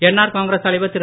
NR Congress தலைவர் திரு